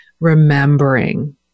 remembering